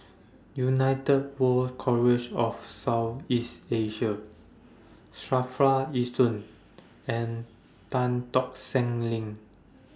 United World College of South East Asia SAFRA Yishun and Tan Tock Seng LINK